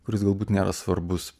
kuris galbūt nėra svarbus